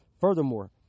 Furthermore